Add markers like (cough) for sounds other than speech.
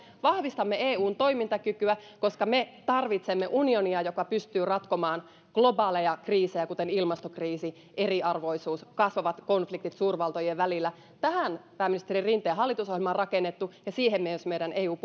vahvistamme eun toimintakykyä koska me tarvitsemme unionia joka pystyy ratkomaan globaaleja kriisejä kuten ilmastokriisi eriarvoisuus kasvavat konfliktit suurvaltojen välillä tähän pääministeri rinteen hallitusohjelma on rakennettu ja siihen myös meidän eu (unintelligible)